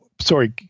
sorry